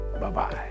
Bye-bye